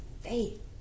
faith